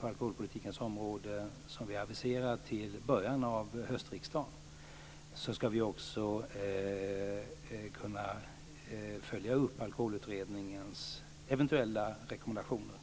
på alkoholpolitikens område som vi har aviserat till början av höstriksdagen ska vi också kunna följa upp Alkoholutredningens eventuella rekommendationer.